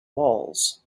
walls